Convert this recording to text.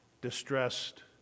distressed